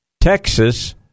Texas